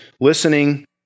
listening